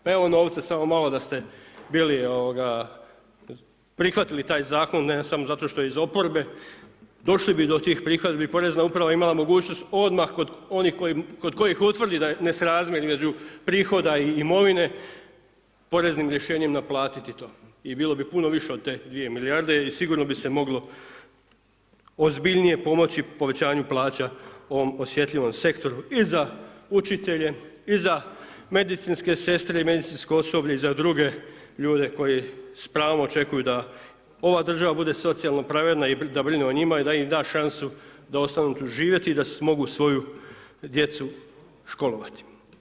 Pa evo novca, samo malo da ste bili, ovoga, prihvatili taj zakon, ne samo zato što je iz oporbe, došli bi do tih prihoda jer bi Porezna uprava imala mogućnost odmah kod onih kod kojih utvrdi da je nesrazmjer između prihoda i imovine, poreznim rješenjem, naplatiti to i bilo bi puno više od te 2 milijarde i sigurno bi se moglo ozbiljnije pomoći povećanju plaća ovom osjetljivom sektoru, i za učitelje, i za medicinske sestre, i za medicinsko osoblje i za druge ljude koji s pravom očekuju da ova država bude socijalno pravedna i da brine o njima i da im da šansu da ostanu tu živjeti i da mogu svoju djecu školovati.